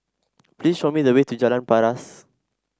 please show me the way to Jalan Paras